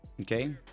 Okay